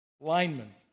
lineman